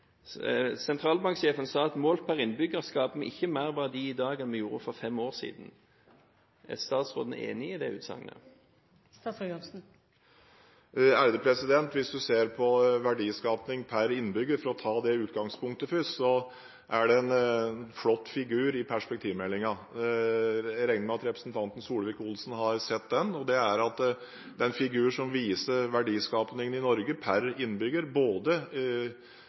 Sentralbanksjefen sa: «Målt per innbygger skaper vi ikke mer verdier i dag enn vi gjorde for fem år siden.» Er statsråden enig i dette utsagnet? Hvis en ser på verdiskapning per innbygger, for å ta det utgangspunktet først, er det en flott figur i perspektivmeldingen – jeg regner med representanten Solvik-Olsen har sett den. Figuren viser verdiskapning i Norge per innbygger både av Fastlands-Norges andel og andelen inklusive olje. Når det gjelder inklusive olje, er Norge